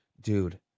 dude